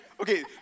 Okay